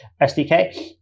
SDK